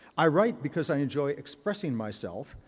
i write because i enjoy expressing myself,